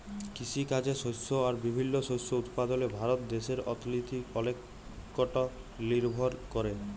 কিসিকাজে শস্য আর বিভিল্ল্য শস্য উৎপাদলে ভারত দ্যাশের অথ্থলিতি অলেকট লিরভর ক্যরে